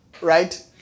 right